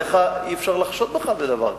עליך, אי-אפשר לחשוד בך בדבר כזה.